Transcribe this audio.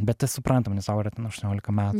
bet tas suprantama nes tau yra ten aštuoniolika metų